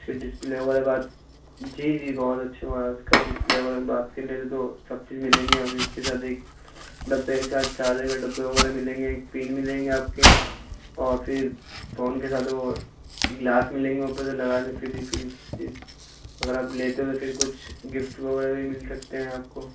اس کی ڈسپلے وغیرہ بات جی جی بہت اچھے موبائل اس کا ڈسپلے وغیرہ کے بارے میں بات کر لیا جائے تو سب چیز ملیں گے اور پھر اس کے ساتھ ایک ڈبے کے ساتھ چارجر کے ڈبے وغیرہ ملیں گے ایک پن ملیں گے آپ کے اور پھر فون کے ساتھ وہ گلاس ملیں گے اوپر سے لگانے فری فری سب چیز اگر آپ لیتے ہو تو پھر کچھ گفٹ وغیرہ بھی مل سکتے ہیں آپ کو